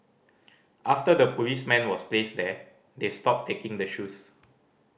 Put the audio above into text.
after the policeman was placed there they've stopped taking the shoes